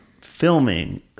filming